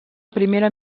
primera